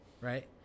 right